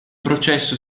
processo